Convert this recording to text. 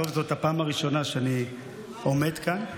זאת הפעם הראשונה שאני עומד כאן.